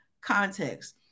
context